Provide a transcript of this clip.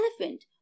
elephant